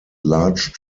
large